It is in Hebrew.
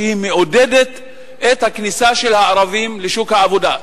שהיא מעודדת את הכניסה של הערבים לשוק העבודה.